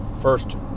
first